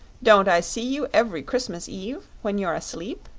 don't i see you every christmas eve, when you're asleep?